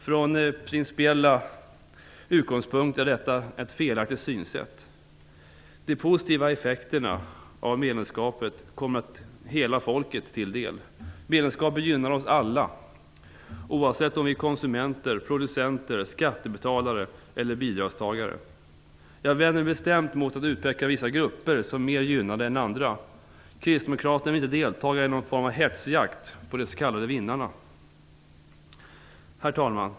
Från principiella utgångspunkter är detta ett felaktigt synsätt. De positiva effekterna av medlemskapet kommer hela folket till del. Medlemskapet gynnar oss alla, oavsett om vi är konsumenter, producenter, skattebetalare eller bidragstagare. Jag vänder mig bestämt mot utpekandet av vissa grupper som mer gynnade än andra. Vi kristdemokrater vill inte delta i någon form av hetsjakt på de s.k. vinnarna. Herr talman!